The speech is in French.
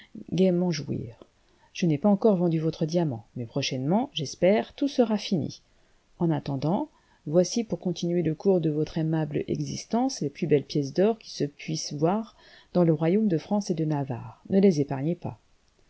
gaiement jouir je n'ai pas encore vendu votre diamant mais prochainement j'espère tout sera fini en nttendant voici pour continuer le cours de votre aimable existence les plus belles pièces d'or qui se puissent voir dans le royaume de france et de navarre ne les épargnez pas